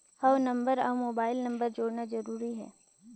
हव नंबर अउ mobile number जोड़ना जरूरी हे?